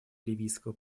ливийского